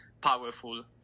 powerful